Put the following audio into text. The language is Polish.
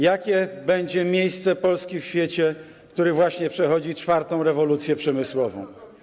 Jakie będzie miejsce Polski w świecie, który właśnie przechodzi czwartą rewolucję przemysłową?